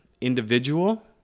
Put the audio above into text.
Individual